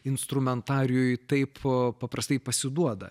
instrumentarijui taip paprastai pasiduoda